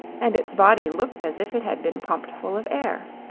and its body looked as if it had been pumped full of air.